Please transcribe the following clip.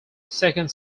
second